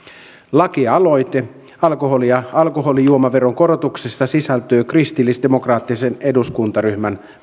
lakialoite alkoholi ja alkoholijuomaveron korotuksesta sisältyy kristillisdemokraattisen eduskuntaryhmän